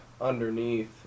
underneath